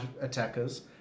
attackers